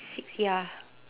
six ya